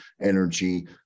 Energy